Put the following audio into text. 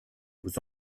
aux